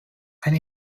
ein